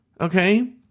okay